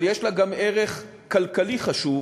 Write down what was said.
אבל יש לה גם ערך כלכלי חשוב,